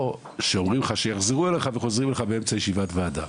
או שאומרים לך שיחזרו אליך וחוזרים אליך באמצע ישיבת וועדה,